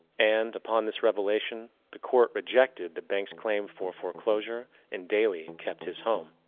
and, upon this revelation the court rejected the bank's claim for foreclosure and daly and kept his home.